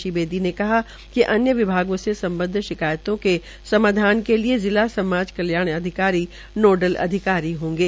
श्री बेदी ने कहा कि अन्य विभागों से संबद्व शिकायतों के समाधन के लिये जिला समाज कल्याण अधिकारी नोडल अधिकारी होंगे